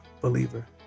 believer